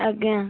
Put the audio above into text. ଆଜ୍ଞା